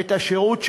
את השירות שלהם,